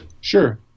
Sure